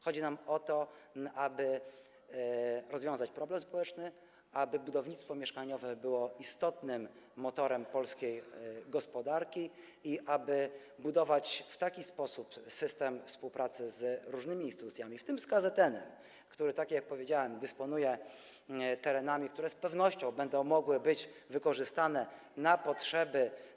Chodzi nam o to, aby rozwiązać problem społeczny, aby budownictwo mieszkaniowe było istotnym motorem rozwoju polskiej gospodarki i aby budować system współpracy z różnymi instytucjami, w tym z KZN, który, tak jak powiedziałem, dysponuje terenami, które z pewnością będą mogły być wykorzystane na potrzeby.